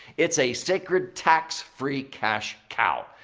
it's a sacred tax-free cash cow.